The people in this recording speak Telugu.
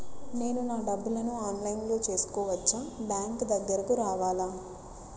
నేను నా డబ్బులను ఆన్లైన్లో చేసుకోవచ్చా? బ్యాంక్ దగ్గరకు రావాలా?